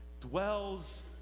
dwells